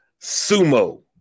Sumo